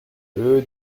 peu